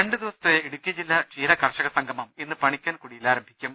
രണ്ട് ദിവസത്തെ ഇടുക്കി ജില്ലാ ക്ഷീര കർഷക സംഗമം ഇന്ന് പണിക്കൻകുടി യിൽ ആരംഭിക്കും